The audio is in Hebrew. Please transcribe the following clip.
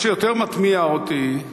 מה שיותר מתמיה אותי,